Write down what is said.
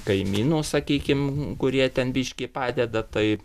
kaimynų sakykim kurie ten biškį padeda tai